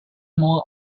more